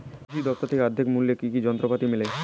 কৃষি দফতর থেকে অর্ধেক মূল্য কি কি যন্ত্রপাতি মেলে?